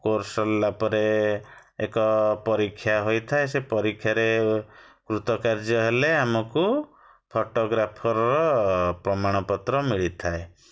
course ସରିଲା ପରେ ଏକ ପରୀକ୍ଷା ହୋଇଥାଏ ସେ ପରୀକ୍ଷାରେ କୃତକାର୍ଯ୍ୟ ହେଲେ ଆମକୁ ଫୋଟୋଗ୍ରାଫର୍ର ପ୍ରମାଣପତ୍ର ମିଳିଥାଏ